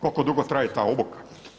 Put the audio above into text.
Koliko dugo traje ta obuka.